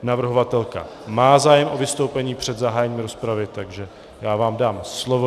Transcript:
Navrhovatelka má zájem o vystoupení před zahájením rozpravy, takže vám dám slovo.